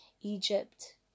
Egypt